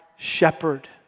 Shepherd